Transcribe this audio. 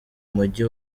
mujyi